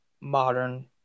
modern